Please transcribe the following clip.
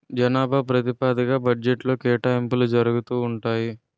జనాభా ప్రాతిపదిగ్గా బడ్జెట్లో కేటాయింపులు జరుగుతూ ఉంటాయి